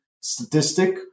statistic